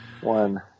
one